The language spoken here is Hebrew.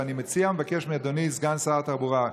ואני מציע ומבקש מאדוני סגן שר התחבורה,